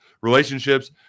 relationships